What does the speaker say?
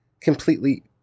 completely